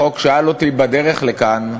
שאל אותי בדרך לכאן: